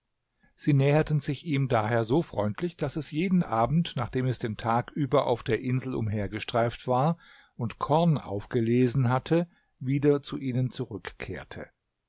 sie näherten sich ihm daher so freundlich daß es jeden abend nachdem es den tag über auf der insel umhergestreift war und korn aufgelesen hatte wieder zu ihnen zurückkehrte